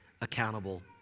accountable